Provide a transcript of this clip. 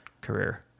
career